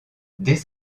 dès